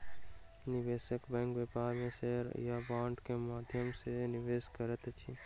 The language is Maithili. निवेशक बैंक व्यापार में शेयर आ बांड के माध्यम सॅ निवेश करैत अछि